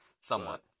somewhat